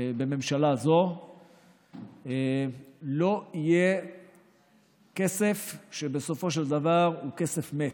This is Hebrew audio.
בממשלה זו לא יהיה כסף שבסופו של דבר הוא כסף מת,